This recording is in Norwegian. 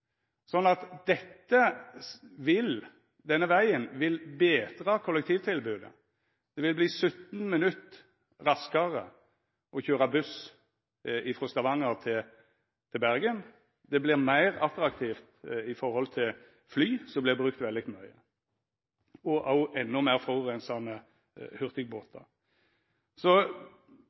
denne vegen vil betra kollektivtilbodet – det vil verta 17 minutt raskare å køyra buss frå Stavanger til Bergen. Det vert meir attraktivt i høve til fly, som vert brukt veldig mykje, og endå meir